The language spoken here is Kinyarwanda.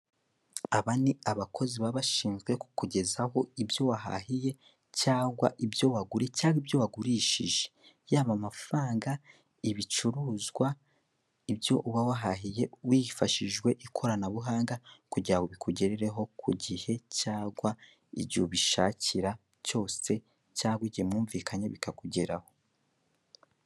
Aba ni abakozi baba bashinzwe kukugezaho ibyo wahahiye cyangwa ibyo waguruye cyangwa ibyo wagurishije, yaba amafaranga, ibicuruzwa, ibyo uba wahahiyeho wifashishije ikoranabuhanga, kugira ngo bikugerereho ku gihe cyangwa igihe ubishakira cyose, cyangwa igihe mwumvikanye bikakugeraho.